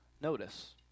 notice